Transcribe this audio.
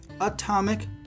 Atomic